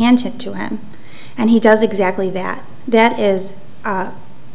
it to him and he does exactly that that is